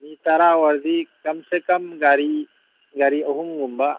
ꯃꯤ ꯇꯔꯥ ꯑꯣꯏꯔꯗꯤ ꯀꯝ ꯁꯦ ꯀꯝ ꯒꯥꯔꯤ ꯒꯥꯔꯤ ꯑꯍꯨꯝꯒꯨꯝꯕ